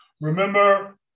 Remember